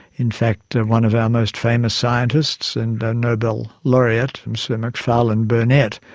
in fact one of our most famous scientists and nobel laureate, sir macfarlane burnet,